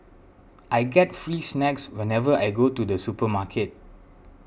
I get free snacks whenever I go to the supermarket